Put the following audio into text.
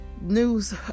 news